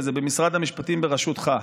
וזה במשרד המשפטים בראשותך,